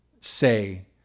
say